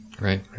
Right